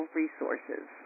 resources